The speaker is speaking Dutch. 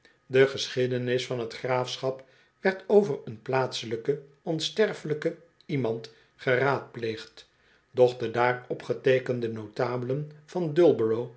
de geschiedenis van t graafschap werd over een plaatselijken onsterfelijkeh iemand geraadpleegd doch de daar opgeteekende notabelen van